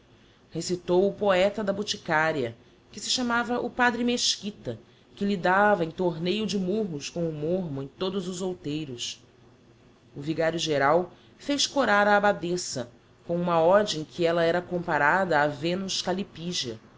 recitou o poeta da boticaria que se chamava o padre mesquita que lidava em torneio de murros com o mormo em todos os outeiros o vigario geral fez córar a abbadessa com uma ode em que ella era comparada á venus